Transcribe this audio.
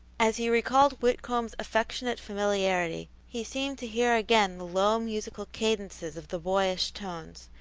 as he recalled whitcomb's affectionate familiarity, he seemed to hear again the low, musical cadences of the boyish tones,